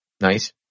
Nice